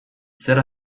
zer